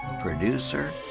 producer